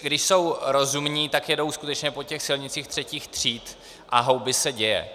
Když jsou rozumní, tak jedou skutečně po těch silnicích třetích tříd a houby se děje.